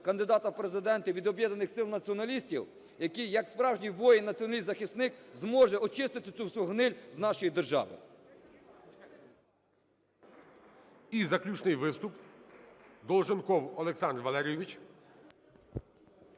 кандидата в Президенти від Об'єднаних сил націоналістів, який як справжній воїн-націоналіст, захисник зможе очистити цю всю гниль з нашої держави.